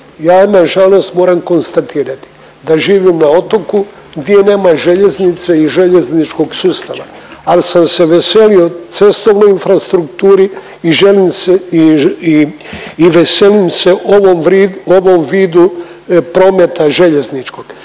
Ja nažalost moram konstatirati da živim na otoku di nema željeznice i željezničkog sustava, al sam se veselio cestovnoj infrastrukturi i veselim se ovom vidu prometa željezničkog.